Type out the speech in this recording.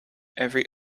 every